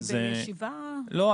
בישיבה --- לא,